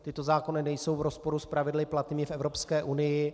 Tyto zákony nejsou v rozporu s pravidly platnými v Evropské unii.